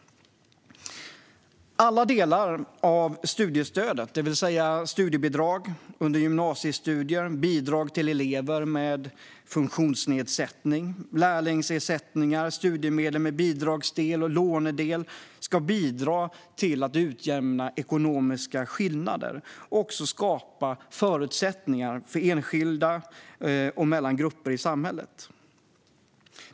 Alla delar av studiestödet, det vill säga studiebidrag under gymnasiestudier, bidrag till elever med funktionsnedsättning, lärlingsersättningar och studiemedel med bidragsdel och lånedel, ska bidra till att utjämna ekonomiska skillnader och skapa goda förutsättningar såväl för enskilda som mellan grupper i samhället.